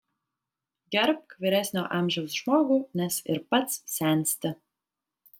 gerbk vyresnio amžiaus žmogų nes ir pats sensti